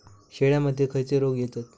शेळ्यामध्ये खैचे रोग येतत?